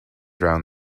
drown